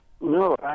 No